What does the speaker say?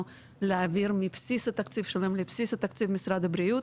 להעביר מבסיס התקציב שלהם לבסיס התקציב של משרד הבריאות.